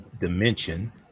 dimension